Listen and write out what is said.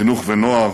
חינוך ונוער,